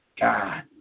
God